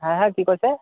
হা হা কি কৈছে